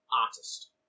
artist